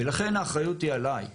לכן האחריות היא עליי.